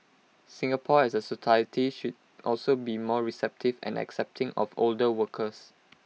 Singapore as A society should also be more receptive and accepting of older workers